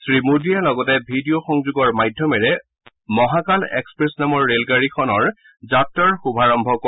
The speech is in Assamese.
শ্ৰীমোদীয়ে লগতে ভি ডি অ' সংযোগৰ মাধ্যমেৰে মহাকাশ এক্সপ্ৰেছ নামৰ ৰেলগাড়ীখনৰ যাত্ৰাৰ শুভাৰম্ভ কৰিব